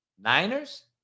Niners